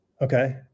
Okay